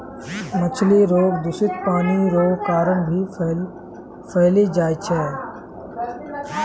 मछली रोग दूषित पानी रो कारण भी फैली जाय छै